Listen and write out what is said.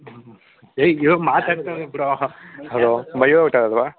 ಹೇ ಇವ್ನು ಮಾತಾಡ್ತಾವನೆ ಬಿಡೋ ಹಲೋ ಮಯೂರ ಹೋಟೆಲಲ್ಲವ